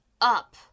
up